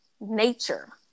nature